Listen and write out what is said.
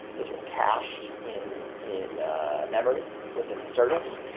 those are cached in in a memory within the service,